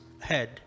head